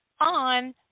on